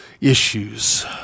issues